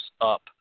up